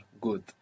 Good